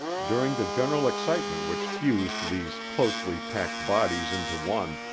during the general excitement which fused these closely packed bodies into one,